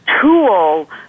tool